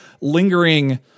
lingering